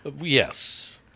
yes